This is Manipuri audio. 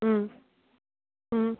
ꯎꯝ ꯎꯝ